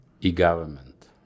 e-government